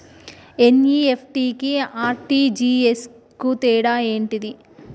NEFT కి RTGS కు తేడా ఏంటిది?